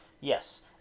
Yes